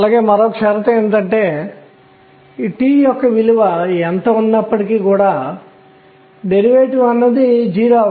ఇదే అయస్కాంత క్షేత్రం వేర్వేరు m కోసం స్థాయిలను విభజించబోతున్నాను